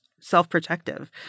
self-protective